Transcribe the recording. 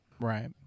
right